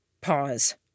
Pause